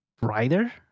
brighter